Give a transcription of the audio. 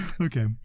okay